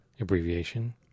abbreviation